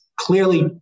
clearly